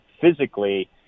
physically